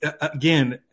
again